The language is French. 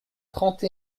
trente